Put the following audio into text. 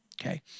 Okay